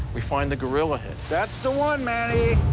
we find the gorilla head. that's the one, manny!